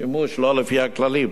שימוש לא לפי הכללים,